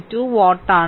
2 what